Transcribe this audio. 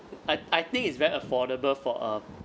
I I think it's very affordable for a